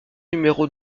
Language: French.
numéro